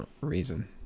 reason